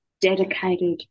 dedicated